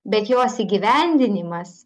bet jos įgyvendinimas